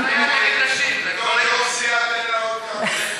בתור יושבת-ראש סיעה תן לה עוד כמה דקות.